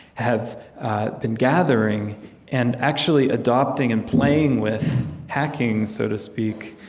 have been gathering and actually adopting and playing with hacking, so to speak,